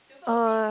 oh